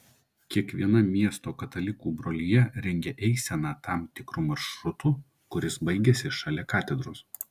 kiekviena miesto katalikų brolija rengia eiseną tam tikru maršrutu kuris baigiasi šalia katedros